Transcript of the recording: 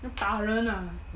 要打人啊